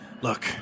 look